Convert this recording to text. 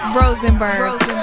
Rosenberg